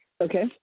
Okay